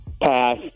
Pass